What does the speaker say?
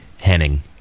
Henning